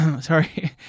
Sorry